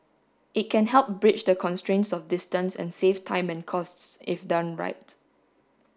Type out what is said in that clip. it can help bridge the constraints of distance and save time and costs if done right